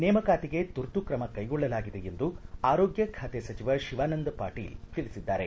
ನೇಮಕಾತಿಗೆ ತುರ್ತು ತ್ರಮ ಕೈಗೊಳ್ಳಲಾಗಿದೆ ಎಂದು ಆರೋಗ್ಯ ಖಾತೆ ಸಚಿವ ಶಿವಾನಂದ ಪಾಟೀಲ್ ತಿಳಿಸಿದ್ದಾರೆ